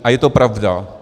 A je to pravda.